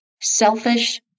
Selfish